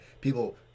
People